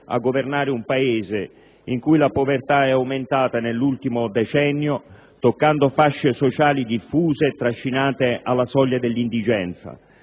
a governare un Paese in cui la povertà è aumentata nell'ultimo decennio, toccando fasce sociali diffuse e trascinate alla soglia dell'indigenza,